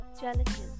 challenges